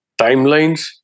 timelines